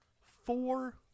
Four